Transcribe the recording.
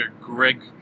Greg